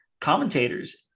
commentators